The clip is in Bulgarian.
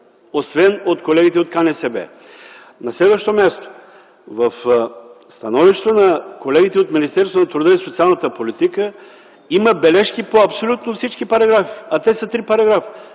освен от колегите от КНСБ. На следващо място, в становището на колегите от Министерството на труда и социалната политика има бележки по абсолютно всички параграфи. А те са три параграфа.